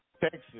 Texas